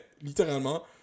littéralement